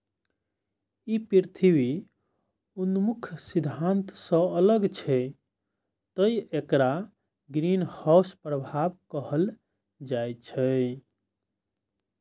ई पृथ्वी उन्मुख सिद्धांत सं अलग छै, तें एकरा ग्रीनहाउस प्रभाव कहल जाइ छै